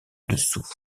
dessous